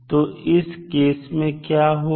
तो इस केस में क्या होगा